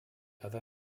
other